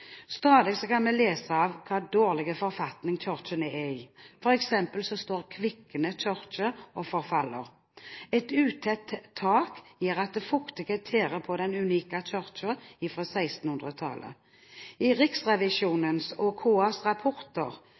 Stadig kan vi lese om hvilken dårlig forfatning kirkene er i. For eksempel står Kvikne kirke og forfaller. Et utett tak gjør at fuktighet tærer på den unike kirken fra 1600-tallet. I Riksrevisjonens og KAs rapporter